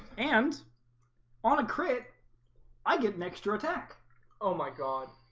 and on a crit i get an extra attack oh my god